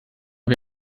wie